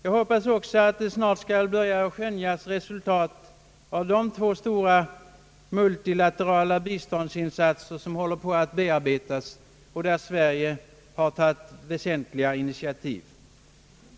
Jag hoppas även att resultat snart skall börja skönjas av de två stora biståndsinsatser som nu bearbetas internationellt och där Sverige tagit väsentliga initiativ.